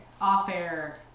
Off-air